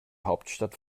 hauptstadt